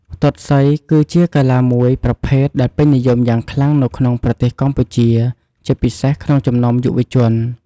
ទាត់សី គឺជាកីឡាមួយប្រភេទដែលពេញនិយមយ៉ាងខ្លាំងនៅក្នុងប្រទេសកម្ពុជា ជាពិសេសក្នុងចំណោមយុវជន។